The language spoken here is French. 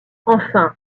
enfin